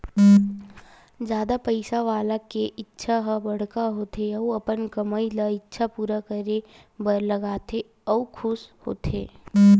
जादा पइसा वाला के इच्छा ह बड़का होथे अउ अपन कमई ल इच्छा पूरा करे बर लगाथे अउ खुस होथे